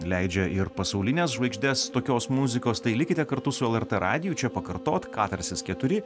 leidžia ir pasaulines žvaigždes tokios muzikos tai likite kartu su lrt radiju čia pakartoti katarsis keturi